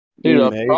Dude